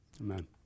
Amen